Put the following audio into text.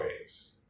ways